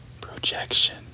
projection